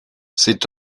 c’est